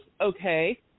okay